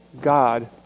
God